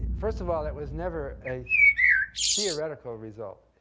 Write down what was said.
first of all, that was never a theoretical result.